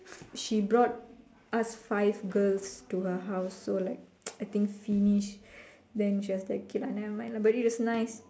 she brought us five girls to her house so like I think finish then she was like okay lah nevermind lah but it was nice